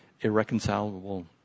Irreconcilable